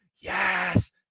yes